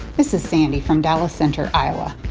this is sandy from dallas center, iowa.